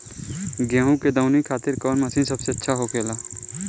गेहु के दऊनी खातिर कौन मशीन सबसे अच्छा होखेला?